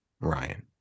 Ryan